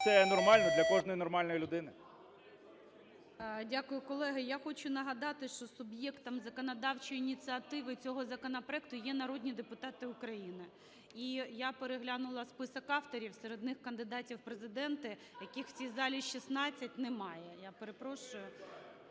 це нормально для кожної нормальної людини. ГОЛОВУЮЧИЙ. Дякую. Колеги, я хочу нагадати, що суб'єктом законодавчої ініціативи цього законопроекту є народні депутати України. І я переглянула список авторів, серед них кандидатів в президенти, яких в цій залі 16, немає. Я перепрошую.